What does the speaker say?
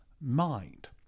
mind